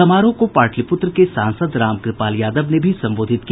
समारोह को पाटलिपूत्र के सांसद रामकृपाल यादव ने भी संबोधित किया